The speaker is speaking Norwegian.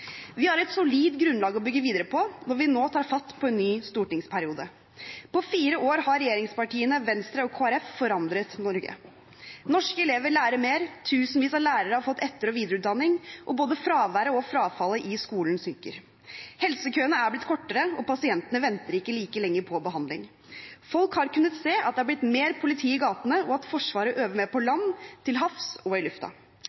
Vi har et solid grunnlag å bygge videre på når vi nå tar fatt på en ny stortingsperiode. På fire år har regjeringspartiene, Venstre og Kristelig Folkeparti forandret Norge. Norske elever lærer mer, tusenvis av lærere har fått etter- og videreutdanning, og både fraværet og frafallet i skolen synker. Helsekøene er blitt kortere, og pasientene venter ikke like lenge på behandling. Folk har kunnet se at det er blitt mer politi i gatene, og at Forsvaret øver mer på